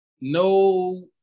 no